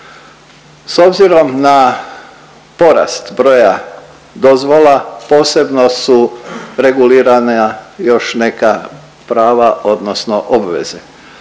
S obzirom na porast broja dozvola posebno su regulirana još neka prava odnosno obveze.